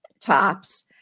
tops